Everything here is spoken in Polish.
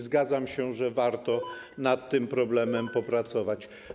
Zgadzam się, że warto nad tym problemem popracować.